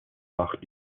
macht